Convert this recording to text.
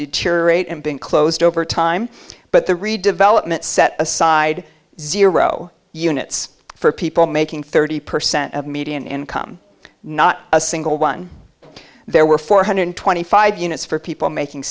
deteriorate and been closed over time but the redevelopment so set aside zero units for people making thirty percent of median income not a single one there were four hundred twenty five units for people making